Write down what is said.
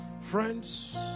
Friends